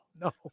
No